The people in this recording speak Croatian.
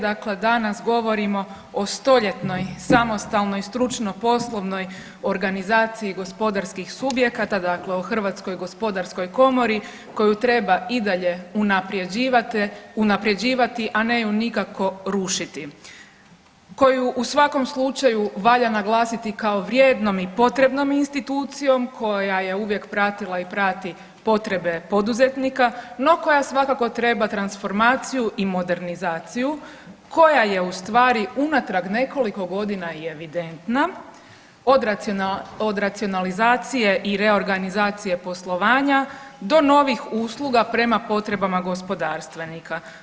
Dakle, danas govorimo o stoljetnoj samostalnoj stručno-poslovnoj organizaciji gospodarskih subjekata, dakle o Hrvatskoj gospodarskoj komori koju treba i dalje unaprjeđivati, a ne ju nikako rušiti koju u svakom slučaju valja naglasiti kao vrijednom i potrebnom institucijom koja je uvijek pratila i prati potrebe poduzetnika no koja svakako treba transformaciju i modernizaciju, koja je u stvari unatrag nekoliko godina i evidentna od racionalizacije i reorganizacije poslovanja do novih usluga prema potrebama gospodarstvenika.